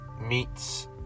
meets